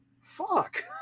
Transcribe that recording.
Fuck